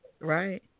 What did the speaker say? Right